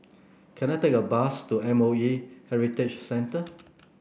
can I take a bus to M O E Heritage Centre